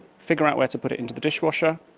figure out where to put it into the dishwasher,